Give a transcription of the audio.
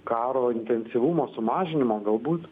karo intensyvumo sumažinimo galbūt